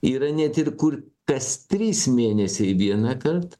yra net ir kur kas trys mėnesiai vienąkart